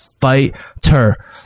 fighter